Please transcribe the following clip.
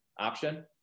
option